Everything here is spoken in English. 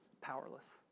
powerless